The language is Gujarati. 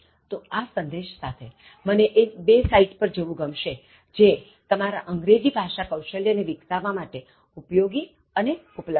તો આ સંદેશ સાથેમને એ બે સાઇટ પર જવું ગમશે જે તમારા અંગ્રેજી ભાષા કૌશલ્ય ને વિકસાવવા માટે ઉપયોગી અને ઉપલબ્ધ છે